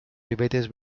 ribetes